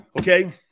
Okay